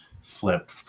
flip